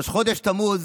ראש חודש תמוז